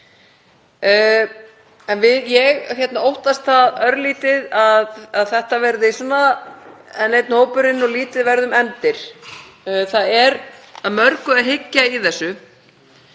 En ég óttast það örlítið að þetta verði svona enn einn hópurinn og lítið verði um efndir. Það er að mörgu að hyggja í þessu